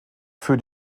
für